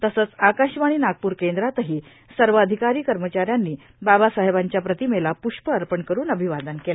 तसंच आकाशवाणी नागपूर केंद्रातही सर्व अधिकारी कर्मचाऱ्यानी बाबासाहेबांच्या प्रतिमेला प्ष्प अर्पण करून अभिवादन केलं